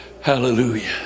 Hallelujah